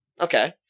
okay